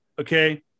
okay